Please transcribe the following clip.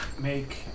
Make